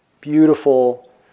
Beautiful